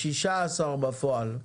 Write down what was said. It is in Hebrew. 16 בפועל.